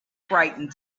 frightened